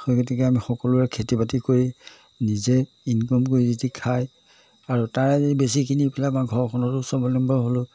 সেই গতিকে আমি সকলোৰে খেতি বাতি কৰি নিজে ইনকম কৰি যদি খায় আৰু তাৰে আজি বেছি কিনি পেলাই আমাৰ ঘৰখনতো স্বাৱলম্বা হ'লোঁ